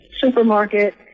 supermarket